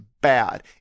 bad